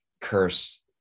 curse